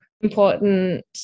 Important